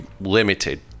limited